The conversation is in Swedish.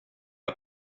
att